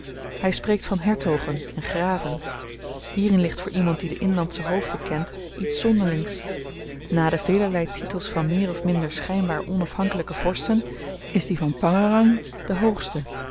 hy spreekt van hertogen en graven hierin ligt voor iemand die de inlandsche hoofden kent iets zonderlings na de velerlei titels van meer of min schynbaar onafhankelyke vorsten is die van pangérang de hoogste